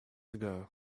ago